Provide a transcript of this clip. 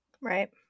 Right